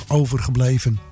overgebleven